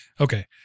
Okay